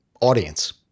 audience